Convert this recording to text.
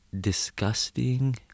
disgusting